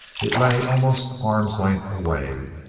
it lay almost arm's length away.